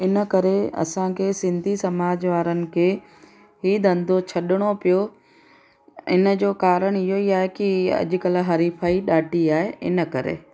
इन करे असांखे सिंधी समाज वारनि खे ई धंधो छॾणो पियो इन जो कारण इहो ई आहे कि अॼु कल्ह हरि फ़ाई ॾाढी आहे इन करे